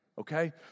okay